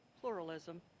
pluralism